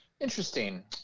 Interesting